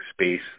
space